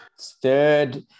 third